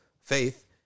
faith